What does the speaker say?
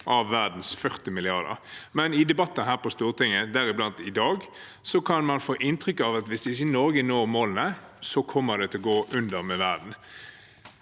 av verdens 40 milliarder, men i debatter her på Stortinget, deriblant i dag, kan man få inntrykk av at hvis ikke Norge når målene, kommer det til å gå under med verden.